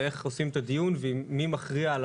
ואיך עושים את הדיון ומי מכריע על